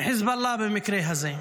חיזבאללה במקרה הזה.